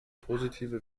positive